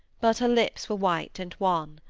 but her lips were white and wan.